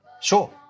sure